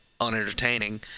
unentertaining